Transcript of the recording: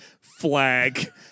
flag